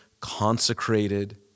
consecrated